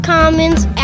Commons